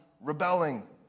rebelling